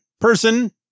person